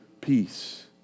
peace